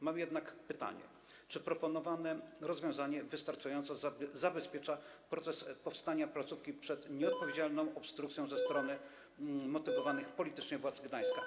Mam jednak pytanie: Czy proponowane rozwiązanie wystarczająco zabezpiecza proces powstawania placówki przed nieodpowiedzialną obstrukcją ze strony motywowanych politycznie władz Gdańska?